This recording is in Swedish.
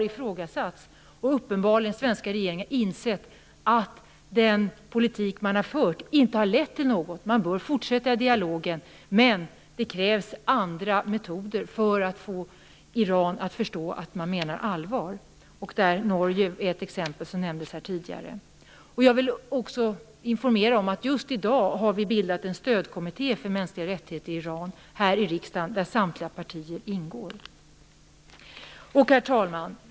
Uppenbarligen har den svenska regeringen insett att den politik man fört inte har lett till något. Man bör fortsätta dialogen, men det krävs andra metoder för att få Iran att förstå att man menar allvar. Där är Norge ett exempel, som också nämndes här tidigare. Jag vill också informera om att vi just i dag har bildat en stödkommitté för mänskliga rättigheter i Iran här i riksdagen, där samtliga partier ingår. Herr talman!